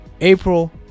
April